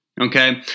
Okay